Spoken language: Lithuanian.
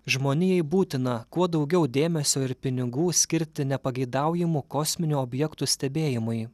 žmonijai būtina kuo daugiau dėmesio ir pinigų skirti nepageidaujamų kosminių objektų stebėjimui